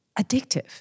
addictive